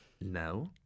No